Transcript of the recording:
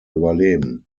überleben